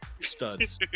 studs